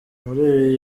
muri